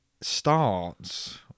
starts